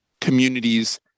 communities